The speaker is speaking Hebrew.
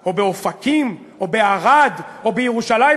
או באופקים או בערד או בירושלים,